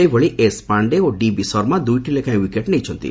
ସେହିଭଳି ଏସ୍ ପାଶ୍ଡେ ଓ ଡିବି ଶର୍ମା ଦୁଇଟି ଲେଖାଏଁ ୱିକେଟ୍ ନେଇଛନ୍ତି